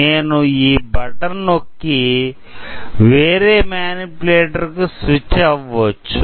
నేను ఈ బటన్ నొక్కి వేరే మానిప్యులేటర్ కి స్విచ్ అవ్వవచ్చు